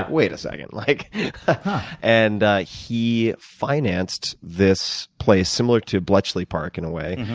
wait a second. like and he financed this place similar to bletchley park, in a way,